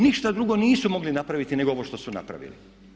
Ništa drugo nisu mogli napraviti nego ovo što su napravili.